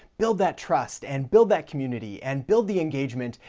build that trust, and build that community, and build the engagement,